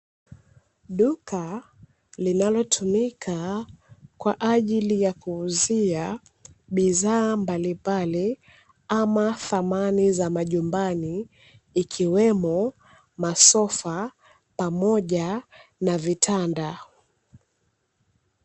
Duka linalotumika kwa ajili ya kuuzia bidhaa mbalimbali ama samani za majumbani, ikiwemo masofa pamoja na vitanda.